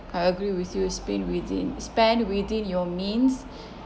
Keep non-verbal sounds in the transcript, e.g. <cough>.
I agree with you spend within spend within your means <breath>